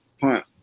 punt